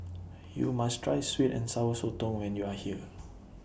YOU must Try Sweet and Sour Sotong when YOU Are here